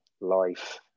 life